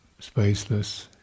spaceless